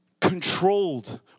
controlled